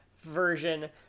version